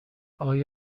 این